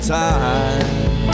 time